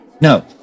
no